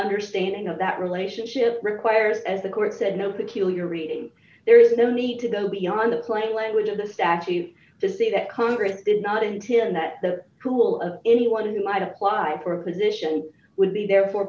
understanding of that relationship requires as the court said no peculiar reading there is no need to go beyond the plain language of the statute to say that congress did not intend that the pool of anyone who might apply for a position would be therefore